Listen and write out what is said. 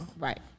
Right